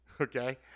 Okay